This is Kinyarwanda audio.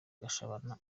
gashabana